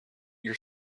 your